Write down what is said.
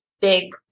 big